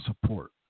support